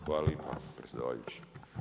Hvala lijepa predsjedavajući.